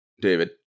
David